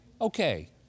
okay